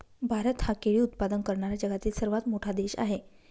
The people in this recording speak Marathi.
भारत हा केळी उत्पादन करणारा जगातील सर्वात मोठा देश आहे